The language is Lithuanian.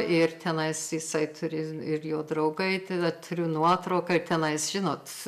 ir tenai jisai turės ir jo draugai tada turiu nuotrauką tenais žinot